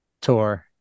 tour